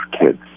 kids